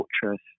fortress